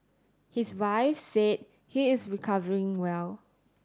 his wife said he is recovering well